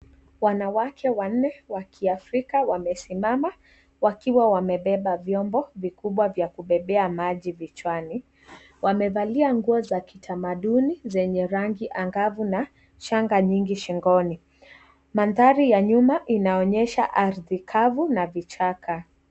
Wanawake wanne wa kiafrika wamesimama, wakiwa wamebeba vyombo vikubwa vya kubebea maji vichwani, wamevalia nguo za kitamaduni zenye rangi angavu na shanga nyingi shingoni, mandhari ya nyuma inaonyesha ardhi kavu na vichaka.